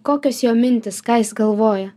kokios jo mintys ką jis galvoja